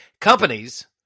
Companies